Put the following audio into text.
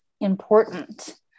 important